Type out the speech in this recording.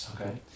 Okay